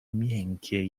miękkie